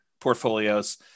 portfolios